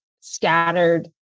scattered